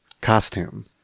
costume